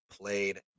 played